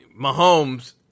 Mahomes